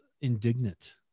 indignant